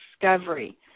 discovery